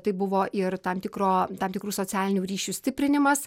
tai buvo ir tam tikro tam tikrų socialinių ryšių stiprinimas